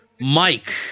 Mike